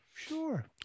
sure